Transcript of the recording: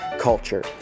culture